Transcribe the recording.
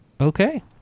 Okay